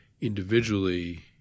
individually